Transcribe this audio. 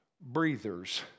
breathers